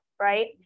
right